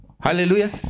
Hallelujah